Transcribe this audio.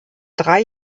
drei